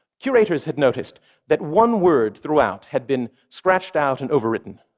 curators had noticed that one word throughout had been scratched out and overwritten.